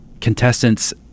contestants